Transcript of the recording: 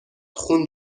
خون